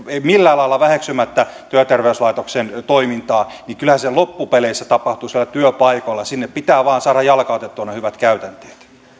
millään lailla väheksymättä työterveyslaitoksen toimintaa niin kyllähän se loppupeleissä tapahtuu siellä työpaikoilla sinne pitää vain saada jalkautettua ne hyvät käytänteet